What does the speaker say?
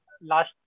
last